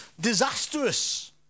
disastrous